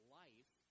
life